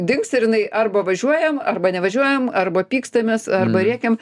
dings ir jinai arba važiuojam arba nevažiuojam arba pykstamės arba rėkiam